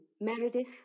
Meredith